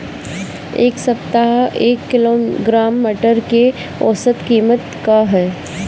एक सप्ताह एक किलोग्राम मटर के औसत कीमत का ह?